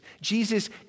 Jesus